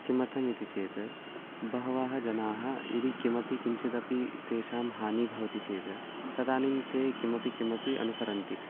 किमर्थम् इति चेत् बहवः जनाः यदि किमपि किञ्चिदपि तेषां हानिः भवति चेत् तदानीं ते किमपि किमपि अनुसरन्ति